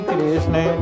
Krishna